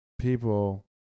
people